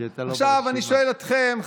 עכשיו אני שואל אתכם,